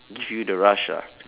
give you the rush ah